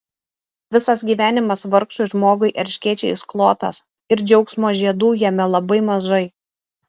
visas gyvenimas vargšui žmogui erškėčiais klotas ir džiaugsmo žiedų jame labai mažai